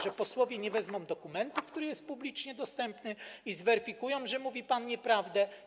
Że posłowie nie wezmą dokumentu, który jest publicznie dostępny, i nie zweryfikują, że mówi pan nieprawdę?